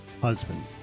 Husband